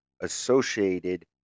associated